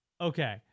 Okay